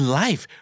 life